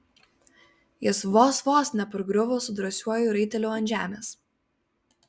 jis vos vos nepargriuvo su drąsiuoju raiteliu ant žemės